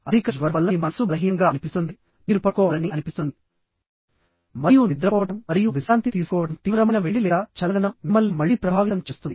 అధిక జ్వరం వల్ల మీ మనస్సు బలహీనంగా అనిపిస్తుంది మీరు పడుకోవాలని అనిపిస్తుంది మరియు నిద్రపోవడం మరియు విశ్రాంతి తీసుకోవడం తీవ్రమైన వేడి లేదా చల్లదనం మిమ్మల్ని మళ్ళీ ప్రభావితం చేస్తుంది